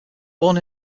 born